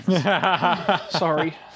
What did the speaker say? Sorry